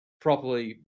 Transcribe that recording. properly